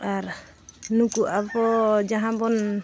ᱟᱨ ᱱᱩᱠᱩ ᱟᱵᱚ ᱡᱟᱦᱟᱸ ᱵᱚᱱ